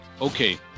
okay